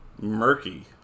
murky